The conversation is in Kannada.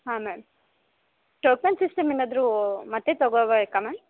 ಹಾಂ ಮ್ಯಾಮ್ ಟೋಕನ್ ಸಿಸ್ಟಮ್ ಏನಾದರೂ ಮತ್ತೆ ತಗೊಬೇಕಾ ಮ್ಯಾಮ್